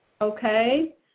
Okay